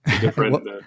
different